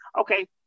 okay